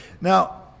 now